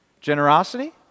Generosity